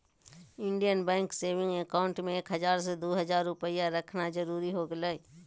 Indian bank saving account में एक हजार से दो हजार रुपया रखना जरूरी हो गेलय